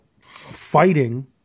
fighting